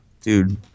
dude